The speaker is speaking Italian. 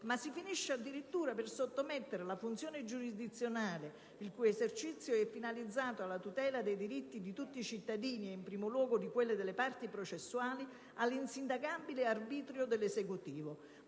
ma si finisce per sottomettere addirittura la funzione giurisdizionale (il cui esercizio è finalizzato alla tutela dei diritti di tutti i cittadini e in primo luogo di quelli delle parti processuali) all'insindacabile arbitrio dell'esecutivo.